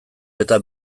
eta